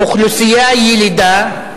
באוכלוסייה ילידה,